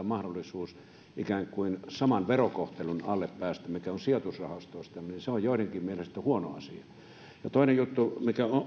mahdollisuus ikään kuin sen saman verokohtelun alle päästä mikä on sijoitusrahastoista niin se on joidenkin mielestä huono asia ja toinen juttu